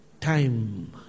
time